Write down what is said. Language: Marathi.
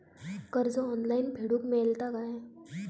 कर्ज ऑनलाइन फेडूक मेलता काय?